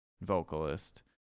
vocalist